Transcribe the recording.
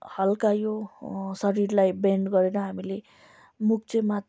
हल्का यो शरीरलाई बेन्ड गरेर हामीले मुख चाहिँ मा